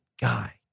guy